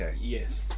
Yes